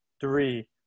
three